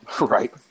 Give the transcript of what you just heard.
Right